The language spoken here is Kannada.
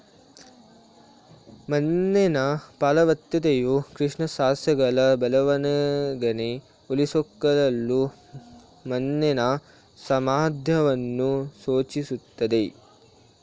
ಮಣ್ಣಿನ ಫಲವತ್ತತೆಯು ಕೃಷಿ ಸಸ್ಯಗಳ ಬೆಳವಣಿಗೆನ ಉಳಿಸ್ಕೊಳ್ಳಲು ಮಣ್ಣಿನ ಸಾಮರ್ಥ್ಯವನ್ನು ಸೂಚಿಸ್ತದೆ